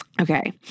Okay